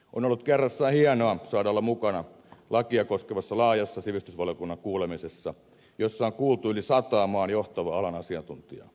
on ollut kerrassaan hienoa saada olla mukana lakia koskevassa laajassa sivistysvaliokunnan kuulemisessa jossa on kuultu yli sataa maan johtavaa alan asiantuntijaa